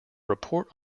report